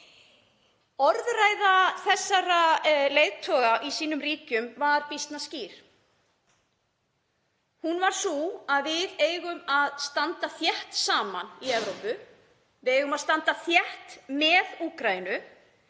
Orðræða þessara leiðtoga í sínum ríkjum var býsna skýr. Hún var sú að við eigum að standa þétt saman í Evrópu, við eigum að standa þétt með Úkraínu